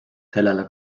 sellele